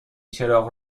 چراغ